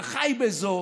אתה חי באיזו